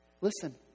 Listen